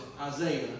Isaiah